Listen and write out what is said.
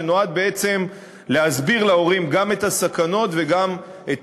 שנועד בעצם להסביר להורים גם את הסכנות וגם את